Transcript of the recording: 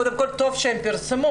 קודם כל, טוב שהם פרסמו,